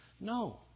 No